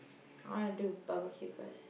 I wanna do barbecue first